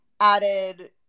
added